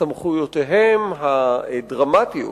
סמכויותיהם הדרמטיות